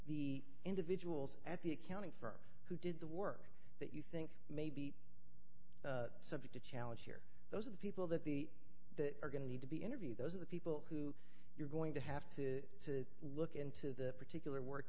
the individuals at the accounting firm who did the work that you think may be subject to challenge here those are the people that the that are going to need to be interviewed those are the people who you're going to have to look into the particular work